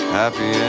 happy